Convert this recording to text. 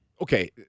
okay